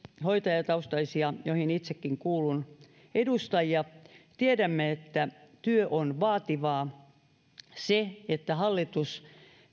hoitajataustaisia edustajia joihin itsekin kuulun tiedämme että työ on vaativaa sitä että hallitus